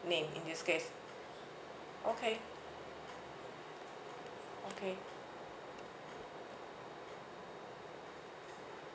name in this case okay okay